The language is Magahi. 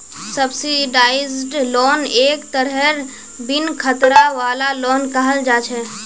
सब्सिडाइज्ड लोन एक तरहेर बिन खतरा वाला लोन कहल जा छे